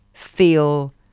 feel